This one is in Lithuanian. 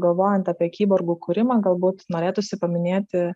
galvojant apie kiborgų kūrimą galbūt norėtųsi paminėti